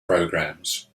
programs